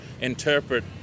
interpret